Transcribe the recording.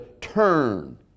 turn